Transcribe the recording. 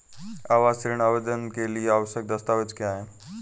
आवास ऋण आवेदन के लिए आवश्यक दस्तावेज़ क्या हैं?